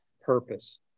purpose